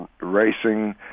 racing